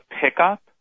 pickup